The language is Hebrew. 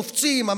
קופצים,